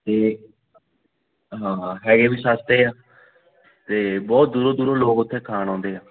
ਅਤੇ ਹਾਂ ਹੈਗੇ ਵੀ ਸਸਤੇ ਆ ਅਤੇ ਬਹੁਤ ਦੂਰੋਂ ਦੂਰੋਂ ਲੋਕ ਉੱਥੋਂ ਖਾਣ ਆਉਂਦੇ ਆ